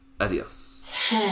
Adios